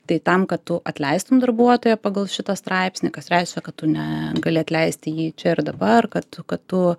tai tam kad tu atleistum darbuotoją pagal šitą straipsnį kas reiškia kad tu ne gali atleisti jį čia ir dabar kad kad tu